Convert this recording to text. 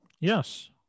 yes